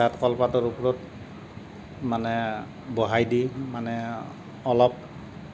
তাত কলপাতৰ ওপৰত মানে বহাই দি মানে অলপ